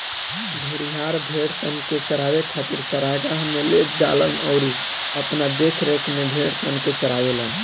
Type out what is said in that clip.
भेड़िहार, भेड़सन के चरावे खातिर चरागाह में ले जालन अउरी अपना देखरेख में भेड़सन के चारावेलन